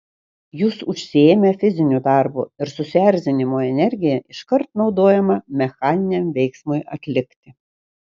jūs užsiėmę fiziniu darbu ir susierzinimo energija iškart naudojama mechaniniam veiksmui atlikti